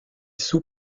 sous